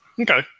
Okay